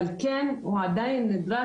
אבל כן הוא עדיין נדרש,